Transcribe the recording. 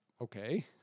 Okay